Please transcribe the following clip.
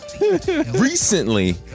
recently